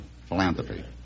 philanthropy